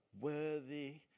Worthy